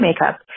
makeup